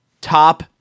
top